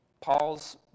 Paul's